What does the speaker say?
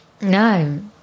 No